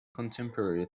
contemporary